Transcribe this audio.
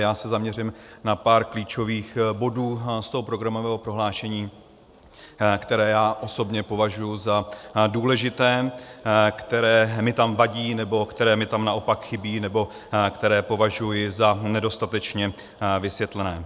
Já se zaměřím na pár klíčových bodů z programového prohlášení, které já osobně považuji za důležité, které mi tam vadí, nebo které mi tam naopak chybí, nebo které považuji za nedostatečně vysvětlené.